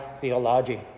theology